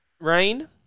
Rain